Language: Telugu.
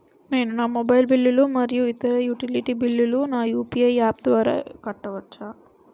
నేను నా మొబైల్ బిల్లులు మరియు ఇతర యుటిలిటీ బిల్లులను నా యు.పి.ఐ యాప్ ద్వారా కట్టవచ్చు